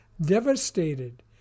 devastated